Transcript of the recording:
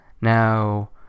Now